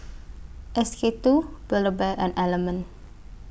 S K two Build A Bear and Element